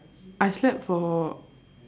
I slept for